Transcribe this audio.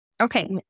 Okay